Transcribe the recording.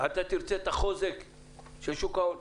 תרצה את החוזק של שוק ההון,